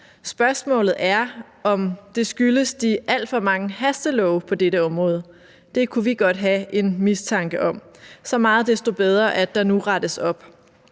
Spørgsmålet er, om det skyldes de alt for mange hastelove på dette område. Det kunne vi godt have en mistanke om – så meget desto bedre, at der nu rettes op.